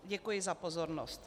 Děkuji za pozornost.